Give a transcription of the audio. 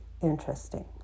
interesting